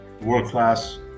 world-class